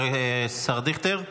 השר דיכטר?